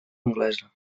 anglesa